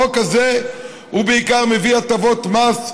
החוק הזה בעיקר מביא הטבות מס,